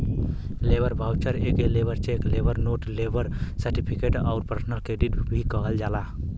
labour voucher एके labour cheque, labour note, labour certificate आउर personal credit भी कहल जाला